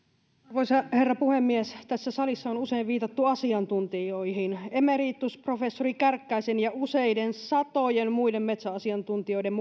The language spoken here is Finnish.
arvoisa herra puhemies tässä salissa on usein viitattu asiantuntijoihin emeritusprofessori kärkkäisen ja useiden satojen muiden metsäasiantuntijoiden